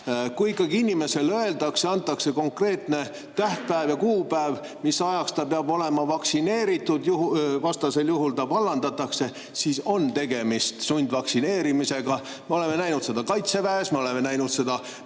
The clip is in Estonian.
Kui ikkagi inimesele antakse konkreetne tähtpäev või kuupäev ja öeldakse, mis ajaks ta peab olema vaktsineeritud, vastasel juhul ta vallandatakse, siis on tegemist sundvaktsineerimisega. Me oleme näinud seda Kaitseväes, me oleme näinud seda